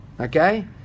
Okay